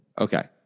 Okay